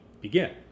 begin